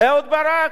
אהוד ברק,